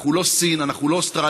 אנחנו לא סין, אנחנו לא אוסטרליה.